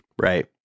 Right